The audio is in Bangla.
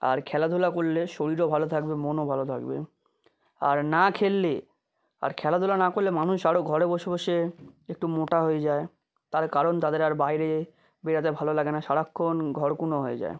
আর খেলাধুলা করলে শরীরও ভালো থাকবে মনও ভালো থাকবে আর না খেললে আর খেলাধুলা না করলে মানুষ আরও ঘরে বসে বসে একটু মোটা হয়ে যায় তার কারণ তাদের আর বাইরে বেরাতে ভালো লাগে না সারাক্ষণ ঘরকুনো হয়ে যায়